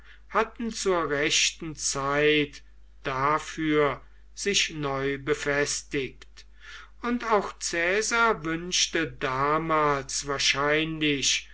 hatten zur rechten zeit dafür sich neu befestigt und auch caesar wünschte damals wahrscheinlich